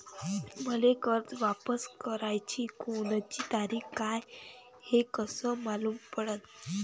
मले कर्ज वापस कराची कोनची तारीख हाय हे कस मालूम पडनं?